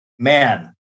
man